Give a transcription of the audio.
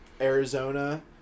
Arizona